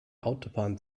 autobahn